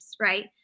right